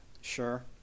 Sure